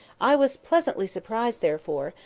i was pleasantly surprised, therefore,